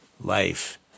life